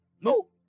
No